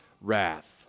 wrath